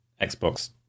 xbox